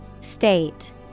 State